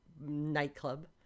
nightclub